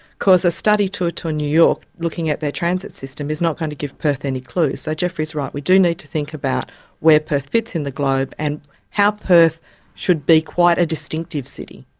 because a study tour to new york, looking at their transit system, is not going kind of give perth any clue. so geoffrey's right we do need to think about where perth fits in the globe and how perth should be quite a distinctive city.